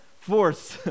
force